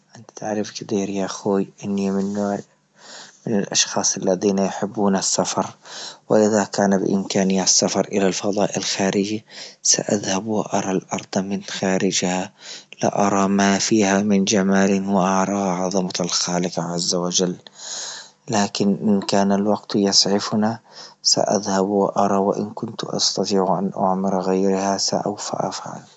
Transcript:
أنت تعرف كثير يا أخوي أني منار من أشخاص الذين يحبون السفر، واذا كان بامكانيات سفر الى الفضاء الخارجي ساذهب وأرى الأرض من خارجها لارى ما فيها من جمال وأرى عضمة الخالق عز وجل، لكن إن كان الوقت يسعفنا سأذهب وأرى وإن كنت أستطيع أن أعمر غيرها سوف أفعل.